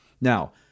Now